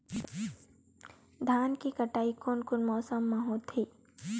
धान के कटाई कोन मौसम मा होथे?